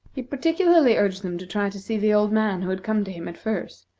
he particularly urged them to try to see the old man who had come to him at first,